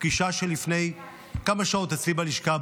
על פגישה שהייתה לפני כמה שעות אצלי בלשכה,